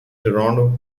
toronto